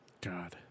God